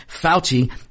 Fauci